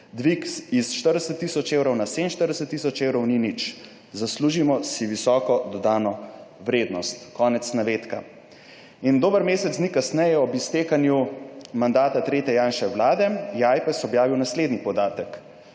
Dvig iz 40 tisoč evrov na 47 tisoč evrov ni nič. Zaslužimo si visoko dodano vrednost.«, konec navedka. In dober mesec dni kasneje, ob iztekanju mandata tretje Janševe Vlade, je AJPES objavil naslednji podatek: